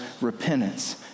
repentance